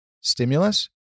stimulus